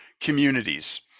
communities